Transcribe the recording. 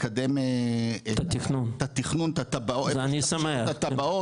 לקדם את התכנון, את התב"עות --- ואני שמח.